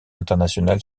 internationale